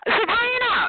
Sabrina